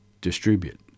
distribute